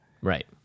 Right